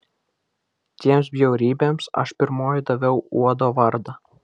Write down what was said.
tiems bjaurybėms aš pirmoji daviau uodo vardą